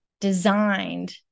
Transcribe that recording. designed